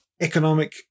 economic